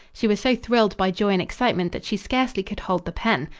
she was so thrilled by joy and excitement that she scarcely could hold the pen.